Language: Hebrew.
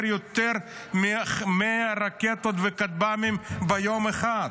יותר מ-100 רקטות וכטב"מים ביום אחד,